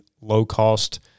low-cost